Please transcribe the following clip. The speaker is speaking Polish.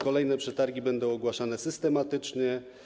Kolejne przetargi będą ogłaszane systematycznie.